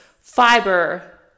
fiber